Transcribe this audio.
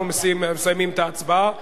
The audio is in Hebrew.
אנחנו מסיימים את ההצבעה,